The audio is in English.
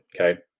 okay